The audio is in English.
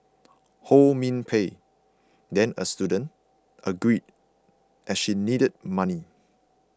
Ho Min Pei then a student agreed as she needed money